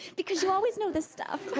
because you always know this stuff.